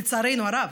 לצערנו הרב,